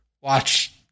watch